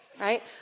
right